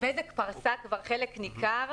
בזק פרסה כבר חלק ניכר,